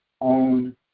own